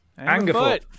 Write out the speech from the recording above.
Angerfoot